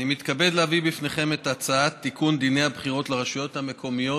אני מתכבד להביא לפניכם את ההצעה לתיקון דיני הבחירות לרשויות המקומיות,